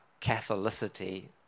catholicity